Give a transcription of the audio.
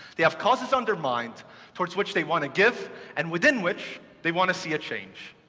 they have causes undermined towards which they want to give and within which they want to see a change.